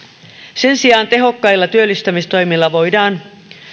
sen sijaan tehokkailla työllistämistoimilla voidaan